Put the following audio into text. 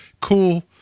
cool